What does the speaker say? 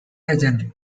legend